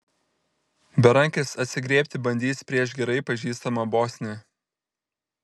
berankis atsigriebti bandys prieš gerai pažįstamą bosnį